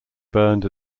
burned